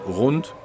rund